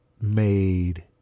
made